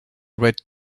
red